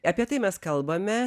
apie tai mes kalbame